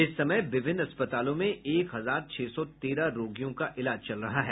इस समय विभिन्न अस्पतालों में एक हजार छह सौ तेरह रोगियों का इलाज चल रहा है